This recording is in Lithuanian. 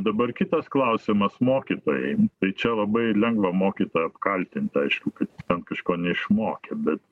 dabar kitas klausimas mokytojai tai čia labai lengva mokytoją apkaltint aišku kad kažko neišmokė bet